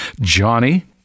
Johnny